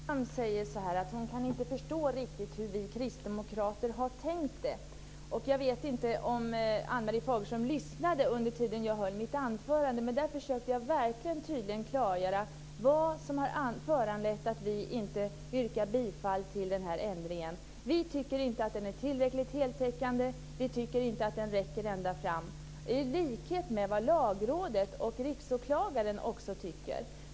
Herr talman! Ann-Marie Fagerström kan inte riktigt förstå hur vi kristdemokrater har tänkt oss det hela. Jag vet inte om Ann-Marie Fagerström lyssnade när jag höll mitt anförande. Där försökte jag verkligen tydligt klargöra vad som har föranlett att vi inte yrkar bifall till ändringen. Vi tycker inte att den är tillräckligt heltäckande. Vi tycker inte att den räcker ända fram - i likhet med vad Lagrådet och Riksåklagaren tycker.